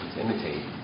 imitate